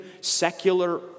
secular